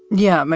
yeah.